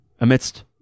Amidst